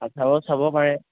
চাব পাৰে